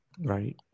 Right